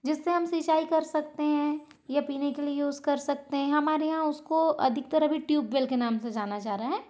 जिससे हम सिंचाई कर सकते हैं या पीने के लिए यूज़ कर सकते हैं हमारे यहाँ उसको अधिकतर अभी ट्यूबवेल के नाम से जाना जा रहा है